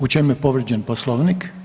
U čemu je povrijeđen Poslovnik?